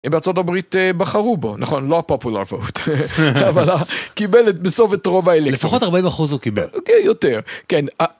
בארצות הברית בחרו בו. נכון, לא הpopular vote, אבל... קיבל בסוף את רוב האלקטורים. לפחות 40 אחוז הוא קיבל. יותר, כן.